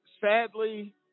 sadly